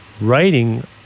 writing